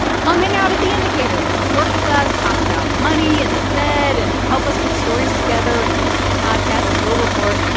come hang out at the indicator. you can work with us, talk about money and the fed and help us put stories together and research podcasts and go report.